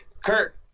Kurt